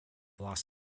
los